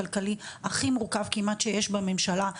הכלכלי הכי מורכב כמעט שיש בממשלה,